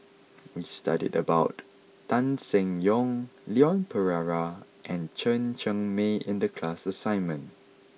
we studied about Tan Seng Yong Leon Perera and Chen Cheng Mei in the class assignment